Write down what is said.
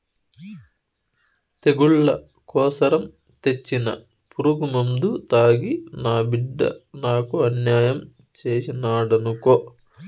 తెగుళ్ల కోసరం తెచ్చిన పురుగుమందు తాగి నా బిడ్డ నాకు అన్యాయం చేసినాడనుకో